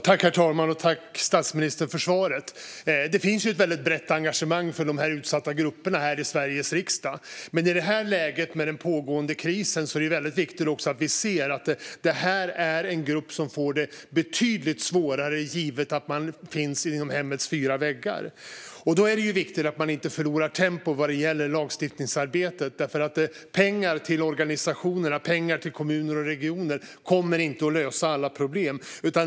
Herr talman! Tack, statsministern, för svaret! Det finns här i Sveriges riksdag ett väldigt brett engagemang för dessa utsatta grupper. Men i läget med en pågående kris är det väldigt viktigt att vi ser att denna grupp får det betydligt svårare givet att man befinner sig inom hemmets fyra väggar. Det är viktigt att därför inte förlora tempo vad gäller lagstiftningsarbetet. Pengar till organisationer, kommuner och regioner kommer inte att lösa alla problem.